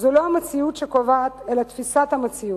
לא המציאות היא שקובעת אלא תפיסת המציאות,